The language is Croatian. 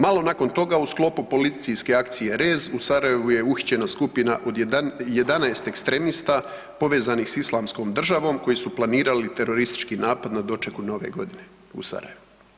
Malo nakon toga u sklopu policijske akcije Rez u Sarajevu je uhićena skupina od 11 ekstremista povezanih s Islamskom državom koji su planirali teroristički napad na dočeku Nove godine u Sarajevu.